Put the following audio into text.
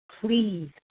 Please